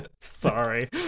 sorry